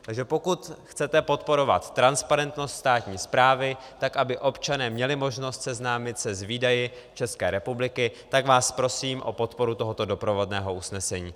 Takže pokud chcete podporovat transparentnost státní správy tak, aby občané měli možnost seznámit se s výdaji České republiky, tak vás prosím o podporu tohoto doprovodného usnesení.